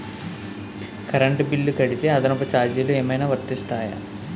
Current bill కడితే అదనపు ఛార్జీలు ఏమైనా వర్తిస్తాయా?